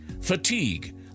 fatigue